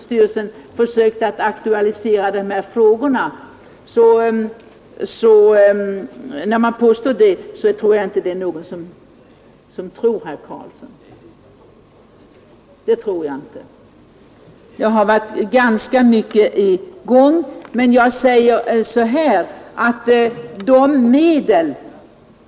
skulle ha försökt att aktualisera de här frågorna i socialstyrelsen, så är det nog ingen som tror herr Karlsson. Jag har varit ganska mycket i gång.